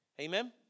Amen